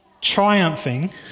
triumphing